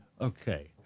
Okay